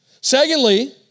Secondly